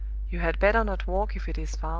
you had better not walk, if it is far.